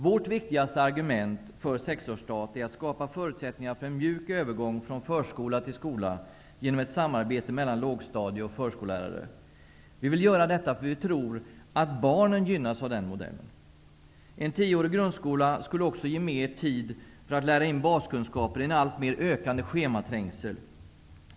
Vårt viktigaste argument för sexårsstart är att skapa förutsättningar för en mjuk övergång från förskola till skola genom ett samarbete mellan lågstadie och förskollärare. Vi vill göra detta eftersom vi tror att barnen gynnas av den modellen. En tioårig grundskola skulle också ge mer tid för att i en alltmer ökande schematrängsel lära in baskunskaper.